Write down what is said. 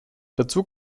dazu